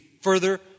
further